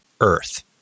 earth